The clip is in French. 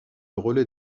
relais